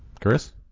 Chris